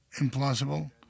implausible